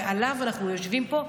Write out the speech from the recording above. ועליו אנחנו יושבים פה,